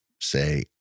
say